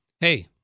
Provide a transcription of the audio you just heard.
Hey